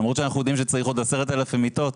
אנחנו יודעים שצריך עוד 10 אלפים מיטות.